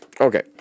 Okay